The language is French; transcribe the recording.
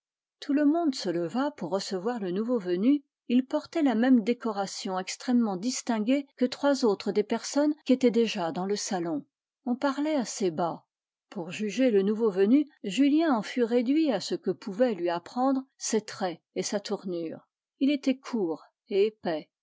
tout le monde se leva pour recevoir le nouveau venu il portait la même décoration extrêmement distinguée que trois autres des personnes qui étaient déjà dans le salon on parlait assez bas pour juger le nouveau venu julien en fut réduit à ce que pouvaient lui apprendre ses traits et sa tournure il était court et épais